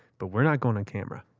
but we're not going on camera.